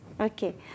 Okay